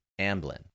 Amblin